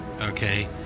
Okay